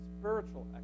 spiritual